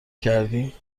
کردی